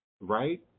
right